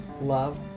love